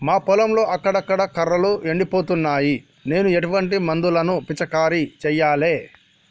మా పొలంలో అక్కడక్కడ కర్రలు ఎండిపోతున్నాయి నేను ఎటువంటి మందులను పిచికారీ చెయ్యాలే?